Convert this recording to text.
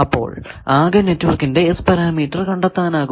അപ്പോൾ ആകെ നെറ്റ്വർക്കിന്റെ S പാരാമീറ്റർ കണ്ടെത്താനാകും